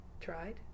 tried